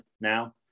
now